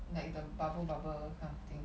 like the bubble bubble kind of thing